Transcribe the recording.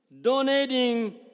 donating